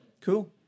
Cool